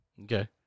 Okay